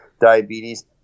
diabetes